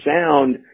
sound